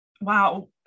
wow